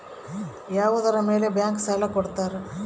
ಯಾವುದರ ಮೇಲೆ ಬ್ಯಾಂಕ್ ಸಾಲ ಕೊಡ್ತಾರ?